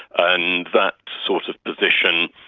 and that sort of position,